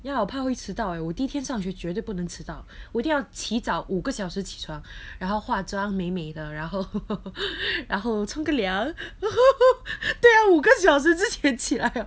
ya 我怕会迟到 eh 我第一天上学绝对不能迟到我一定要提早五个小时起床然后化妆美美的然后然后冲个凉 对啊五个小时之前起来